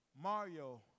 Mario